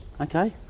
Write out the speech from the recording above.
Okay